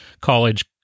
college